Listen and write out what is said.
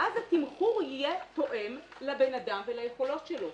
ואז התמחור יהיה תואם לבן אדם וליכולות שלו.